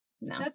No